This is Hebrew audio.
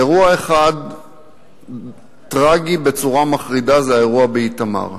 אירוע אחד טרגי בצורה מחרידה, זה האירוע באיתמר.